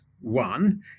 one